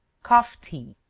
cough tea.